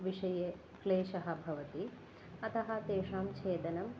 विषये क्लेशः भवति अतः तेषां छेदनम्